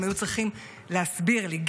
הם היו צריכים להסביר לי.